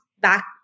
back